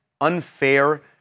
unfair